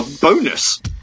bonus